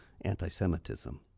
anti-Semitism